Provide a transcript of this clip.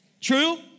True